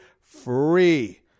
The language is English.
free